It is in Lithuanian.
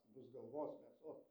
bus galvos mėsos